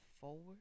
forward